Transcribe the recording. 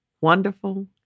Wonderful